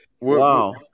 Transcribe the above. wow